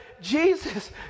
Jesus